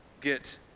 get